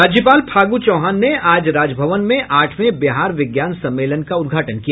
राज्यपाल फागू चौहान ने आज राजभवन में आठवें बिहार विज्ञान सम्मेलन का उद्घाटन किया